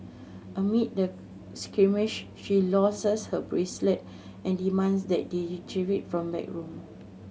amid the skirmish she loses her bracelet and demands that they retrieve it from backroom